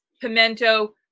pimento